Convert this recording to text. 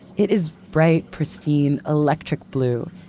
it is bright, pristine, electric blue.